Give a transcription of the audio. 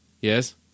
Yes